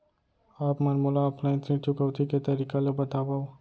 आप मन मोला ऑफलाइन ऋण चुकौती के तरीका ल बतावव?